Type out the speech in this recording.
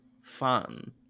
fun